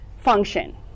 function